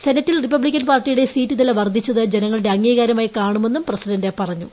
സെനറ്റിൽ Republican പാർട്ടിയുടെ seat നില വർദ്ധിച്ചത് ജനങ്ങളുടെ അംഗീകാരമായി കാണുമെന്നും പ്രസിഡന്റ് പറഞ്ഞു